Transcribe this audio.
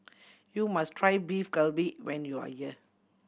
you must try Beef Galbi when you are here